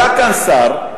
עלה כאן שר,